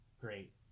Great